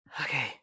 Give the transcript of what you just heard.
okay